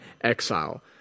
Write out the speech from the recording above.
exile